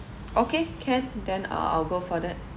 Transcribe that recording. okay can then uh I'll go for that